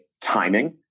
timing